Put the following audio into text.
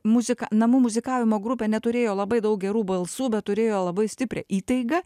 muzika namų muzikavimo grupė neturėjo labai daug gerų balsų bet turėjo labai stiprią įtaigą